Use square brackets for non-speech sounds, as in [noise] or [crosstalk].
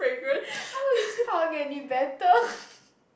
[laughs] how is pang any better [laughs]